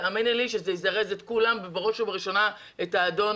תאמיני לי שזה יזרז את כולם ובראש ובראשונה את האדון